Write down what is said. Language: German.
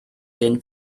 den